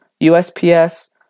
USPS